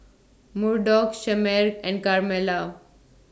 Murdock Shemar and Carmela